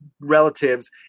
relatives